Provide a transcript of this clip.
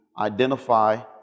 identify